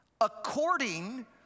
According